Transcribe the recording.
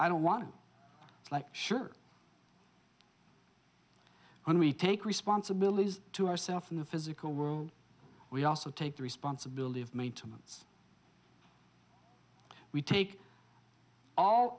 i don't want to like sure when we take responsibility to ourselves in the physical world we also take the responsibility of maintenance we take all